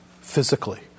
physically